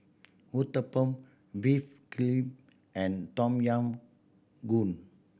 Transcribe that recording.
Uthapam Beef glee and Tom Yam Goong